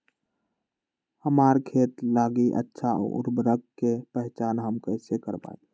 हमार खेत लागी अच्छा उर्वरक के पहचान हम कैसे करवाई?